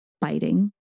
biting